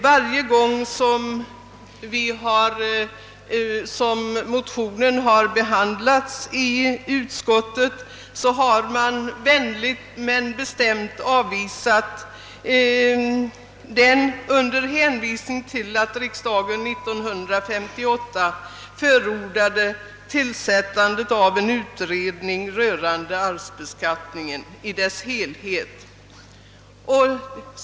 Varje gång motionen har behandlats i utskottet har den vänligt men bestämt avvisats under hänvisning till att riksdagen år 1958 förordade tillsättandet av en utredning rörande arvsbeskattningen i dess helhet.